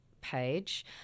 page